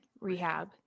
rehab